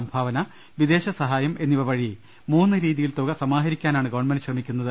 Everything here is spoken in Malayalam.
സംഭാവന വിദേശ സഹായം എന്നിവ വഴി മൂന്ന് രീതി ടെയും യിൽ തുക സമാഹരിക്കാനാണ് ഗവൺമെന്റ് ശ്രമിക്കുന്നത്